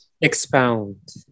Expound